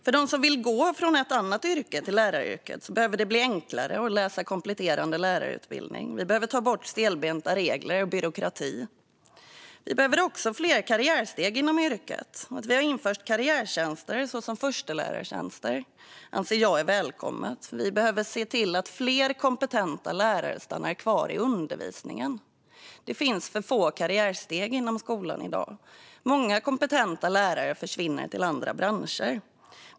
För dem som vill gå från ett annat yrke till läraryrket behöver det bli enklare att läsa en kompletterande lärarutbildning. Vi behöver ta bort stelbenta regler och byråkrati. Vi behöver också fler karriärsteg inom yrket. Att vi har infört karriärtjänster, såsom förstelärartjänster, anser jag är välkommet. Vi behöver se till att fler kompetenta lärare stannar kvar i undervisningen. Det finns för få karriärsteg inom skolan i dag. Många kompetenta lärare försvinner till andra branscher.